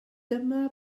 dyma